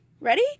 Ready